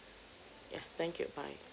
yeah thank you bye